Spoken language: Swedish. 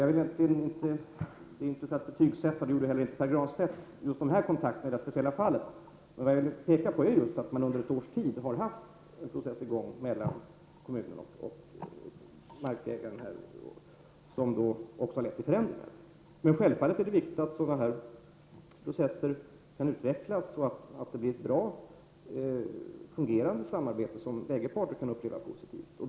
Jag vill inte betygsätta kontakterna just i det här fallet, och det gjorde inte heller Pär Granstedt, men jag vill peka på att under ett års tid har man haft en process i gång mellan kommunen och markägaren som har lett till förändringar. Självfallet är det viktigt att sådana processer kan utvecklas så att det blir ett bra och fungerande samarbete som bägge parter kan uppleva som positivt.